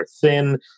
thin